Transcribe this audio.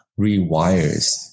rewires